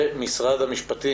משרד המשפטים,